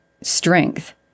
strength